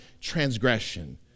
transgression